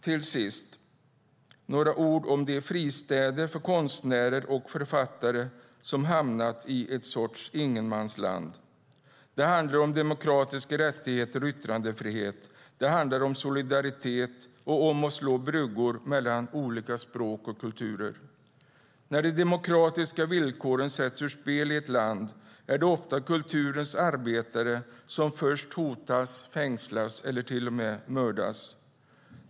Till sist några ord om de fristäder för konstnärer och författare som hamnat i en sorts ingenmansland. Det handlar om demokratiska rättigheter och yttrandefrihet. Det handlar om solidaritet och om att slå bryggor mellan olika språk och kulturer. När de demokratiska villkoren sätts ur spel i ett land är det ofta kulturens arbetare som först hotas, fängslas eller till och med mördas.